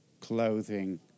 clothing